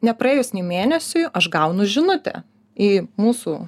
nepraėjus nei mėnesiui aš gaunu žinutę į mūsų